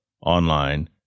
online